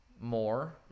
more